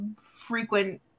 frequent